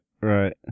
Right